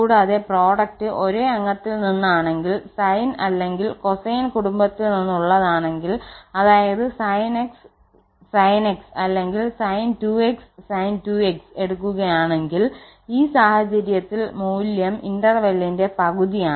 കൂടാതെ പ്രോഡക്റ്റ് ഒരേ അംഗത്തിൽ നിന്നാണെങ്കിൽ സൈൻ അല്ലെങ്കിൽ കൊസൈൻ കുടുംബത്തിൽ നിന്നുള്ളതാണെങ്കിൽ അതായത് sin𝑥sin𝑥 അല്ലെങ്കിൽ sin2𝑥 sin2𝑥 എടുക്കുകയാണെങ്കിൽ ഈ സാഹചര്യത്തിൽ മൂല്യം ഇടവേളയുടെ പകുതിയാണ്